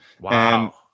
wow